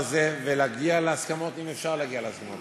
השר ולפי מה שיקבע השר, חינוך נגד אלימות